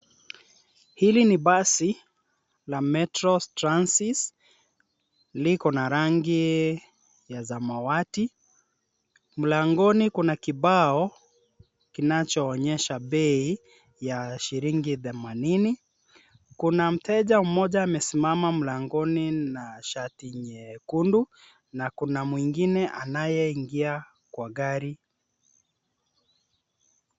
Hili ni basi la Metro Trans, liko na rangi la samawati. Mlangoni kuna kibao kinachoonyesha bei ya shilingi themanini. Kuna mteja mmoja amesimama mlangoni na shati nyekundu, na kuna mwingine anayeingia kwa gari.